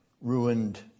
ruined